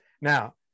Now